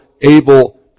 able